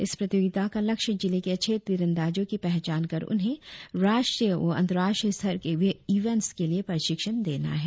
इस प्रतियोगिता का लक्ष्य जिले के अच्छे तिरंदाजो की पहचान कर उन्हें राष्ट्रीय व अंतर्राष्ट्रीय स्तर के इवेंट्स के लिए प्रशिक्षण देना है